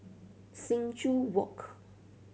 Sing Joo Walk